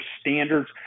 standards